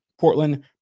Portland